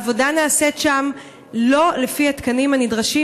העבודה נעשית שם לא לפי התקנים הנדרשים